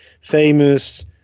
famous